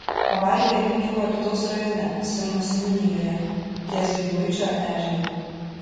avarija įvyko alytaus rajone simno seniūnijoje ties giluičio ežeru